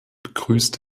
begrüßt